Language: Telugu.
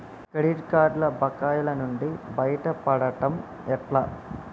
క్రెడిట్ కార్డుల బకాయిల నుండి బయటపడటం ఎట్లా?